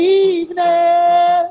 evening